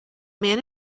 man